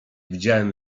widziałem